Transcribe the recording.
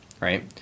right